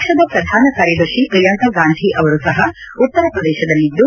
ಪಕ್ಷದ ಪ್ರಧಾನ ಕಾರ್ಯದರ್ಶಿ ಪ್ರಿಯಾಂಕಗಾಂಧಿ ಅವರು ಸಹ ಉತ್ತರ ಪ್ರದೇಶದಲ್ಲಿದ್ದು